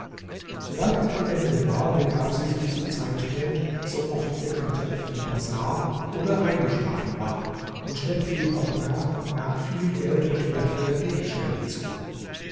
sobald er vollendet war begab sie sich zu zeitmond so oft ihr gatte auf dem bazar oder eingeschlafen war und schleppte ihm auch nach und nach viel geld und wertvolle gegenstände zu